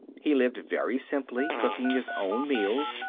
he lived very simply, cooking his own meals.